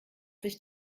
sich